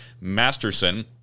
Masterson